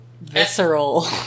visceral